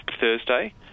Thursday